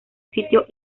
sitio